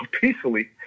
peacefully